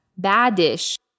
badish